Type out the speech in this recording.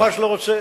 אני ממש לא רוצה,